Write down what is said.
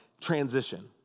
transition